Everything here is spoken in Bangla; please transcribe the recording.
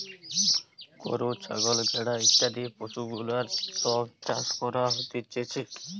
গরু, ছাগল, ভেড়া ইত্যাদি পশুগুলার সব চাষ করা হতিছে